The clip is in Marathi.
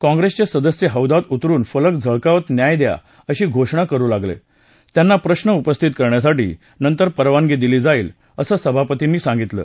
काँग्रेसचे सदस्य हौद्यात उतरून फलक झळकावत न्याय द्या अशा घोषणा करु लागले त्यांना प्रश्व उपस्थित करण्यासाठी नंतर परवानगी दिली जाईल असं सभापतींनी सांगितलं